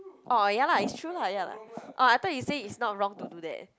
oh ya lah it's true lah ya lah oh I thought you say it's not wrong to do that